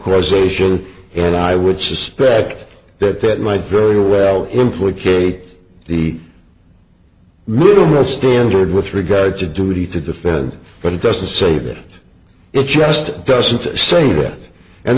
causation here and i would suspect that that might very well implicate the moue the standard with regard to duty to defend but it doesn't say that it just doesn't say that and